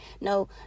No